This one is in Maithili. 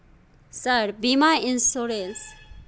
सर बीमा इन्सुरेंस अच्छा है लोग कहै छै बहुत अच्छा है हाँथो सर?